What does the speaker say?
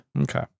Okay